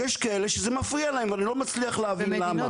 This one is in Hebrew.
יש כאלה שזה מפריע להם ואני לא מצליח להבין למה.